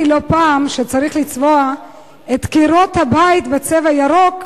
לא פעם שצריך לצבוע את קירות הבית בצבע ירוק,